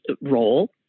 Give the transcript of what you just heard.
role